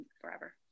Forever